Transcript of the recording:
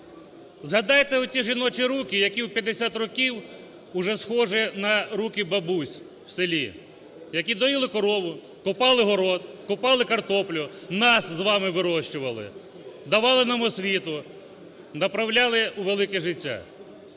Згадайте оті жіночі руки, які в 50 років вже схожі на руки бабусь в селі. Які доїли корову, копали город, копали картоплю, нас з вами вирощували, давали нам освіту, направляли у велике життя.